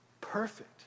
Perfect